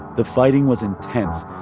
the fighting was intense,